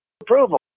approval